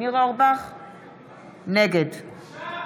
נגד בושה.